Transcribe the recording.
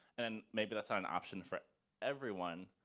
and maybe that's not an option for everyone,